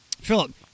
Philip